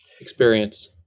experience